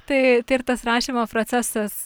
tai tai ir tas rašymo procesas